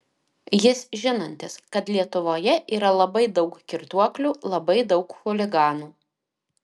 jis žinantis kad lietuvoje yra labai daug girtuoklių labai daug chuliganų